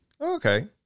Okay